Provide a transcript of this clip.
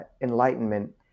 enlightenment